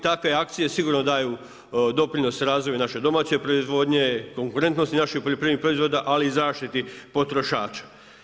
Takve akcije sigurno daju doprinos razvoju naše domaće proizvodnje, konkurentnosti naših poljoprivrednih proizvoda ali i zaštiti potrošača.